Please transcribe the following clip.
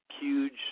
huge